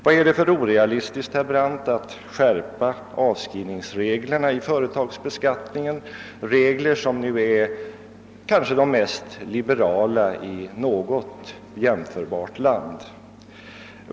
Varför är det orealistiskt att skärpa avskrivningsreglerna i vår företagsbeskattning — regler som är kanske mer liberala än i något jämförbart land?